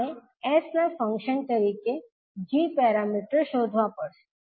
આપણે s ના function તરીકે g પેરામીટર્સ શોધવા પડશે